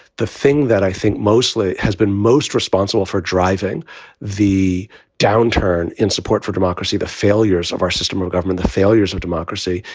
the thing that i think mostly has been most responsible for driving the downturn in support for democracy, the failures of our system of government, the failures of democracy,